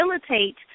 facilitate